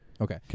Okay